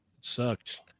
sucked